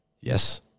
Yes